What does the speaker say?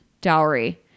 dowry